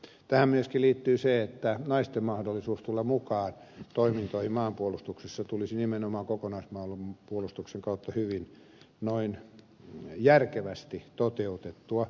tähän myöskin liittyy se että naisten mahdollisuus tulla mukaan toimintoihin maanpuolustuksessa tulisi nimenomaan kokonaismaanpuolustuksen kautta hyvin järkevästi toteutettua